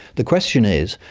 the question is,